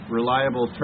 reliable